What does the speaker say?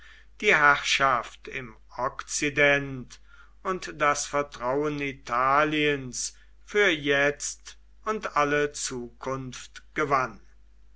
die herrschaft im okzident und das vertrauen italiens für jetzt und alle zukunft gewann